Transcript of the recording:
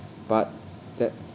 but that